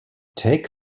take